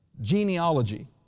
genealogy